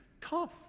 tough